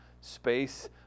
space